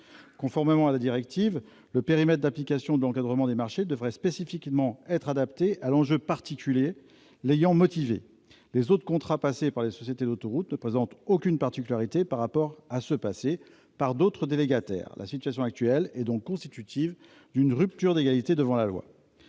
Conformément à la directive, le périmètre d'application de l'encadrement des marchés devrait spécifiquement être adapté à l'enjeu particulier l'ayant motivé. Les autres contrats passés par les sociétés d'autoroutes ne présentant aucune particularité par rapport à ceux passés par d'autres délégataires, la situation actuelle est constitutive d'une rupture d'égalité devant la loi.